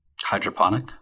Hydroponic